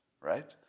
right